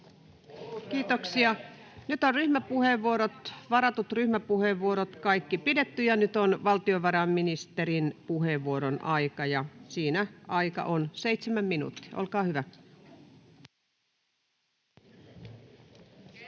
Kiitoksia. — Nyt on kaikki varatut ryhmäpuheenvuorot pidetty, ja nyt on valtiovarainministerin puheenvuoron aika. Siinä aika on seitsemän minuuttia. — Olkaa hyvä.